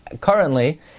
currently